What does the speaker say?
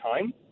time